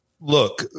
look